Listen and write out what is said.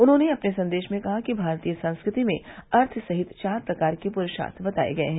उन्होंने अपने संदेश में कहा कि भारतीय संस्कृति में अर्थ सहित चार प्रकार के पुरूषार्थ बताये गये हैं